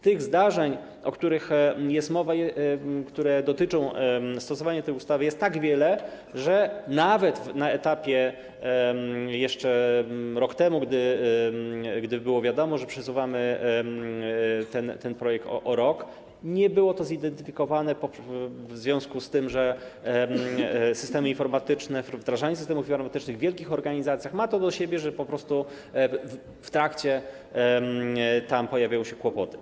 Tych zdarzeń, o których jest mowa, które dotyczą stosowania tej ustawy, jest tak wiele, że nawet na etapie jeszcze rok temu, gdy było wiadomo, że przesuwamy ten projekt o rok, nie było to zidentyfikowane, w związku z tym, że wdrażanie systemów informatycznych w wielkich organizacjach ma to do siebie, że po prostu w trakcie tego pojawiały się tam kłopoty.